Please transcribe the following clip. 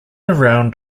around